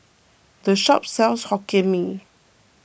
this shop sells Hokkien Mee